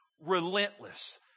Relentless